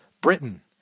Britain